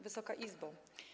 Wysoka Izbo!